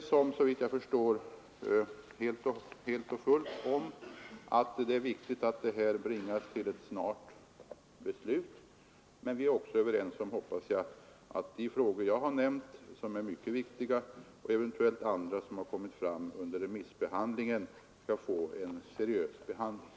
Såvitt jag förstår är vi helt och fullt överens om att det är viktigt med ett snart beslut, men vi är också överens — hoppas jag — om att de frågor jag har nämnt, som är mycket viktiga, och eventuellt andra, som har kommit fram under remissbehandlingen, skall få en seriös handläggning.